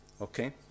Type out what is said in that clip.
Okay